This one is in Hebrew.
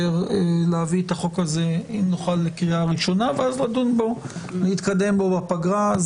את החוק הזה לקריאה הראשונה ואז להתקדם בו בפגרה,